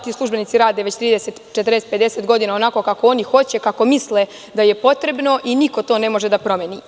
Ti službenici rade već 30, 40 do 50 godina onako kako oni hoće, kako misle da je potrebno i niko to ne može da promeni.